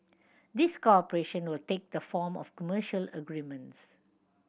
this cooperation will take the form of commercial agreements